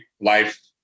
life